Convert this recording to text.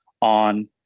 on